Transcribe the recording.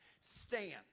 stand